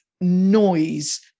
noise